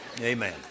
Amen